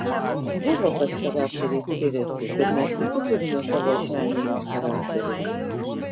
buvo kad charakteriai skiriasi bet mes visi turime savo asmeninius charakterius